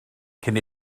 cyn